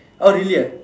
oh really ah